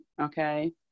okay